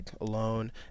alone